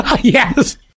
Yes